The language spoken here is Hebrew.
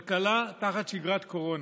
כלכלה תחת שגרת קורונה.